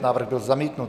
Návrh byl zamítnut.